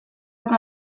eta